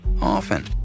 often